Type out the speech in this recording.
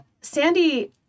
Sandy